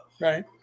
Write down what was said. right